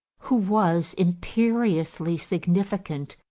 who was imperiously significant,